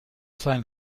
sein